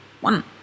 one